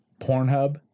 Pornhub